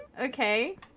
Okay